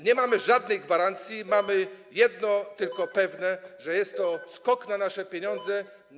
Nie mamy żadnej gwarancji, jedno tylko jest pewne: że jest to skok na nasze pieniądze.